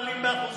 מעלים באחוזים,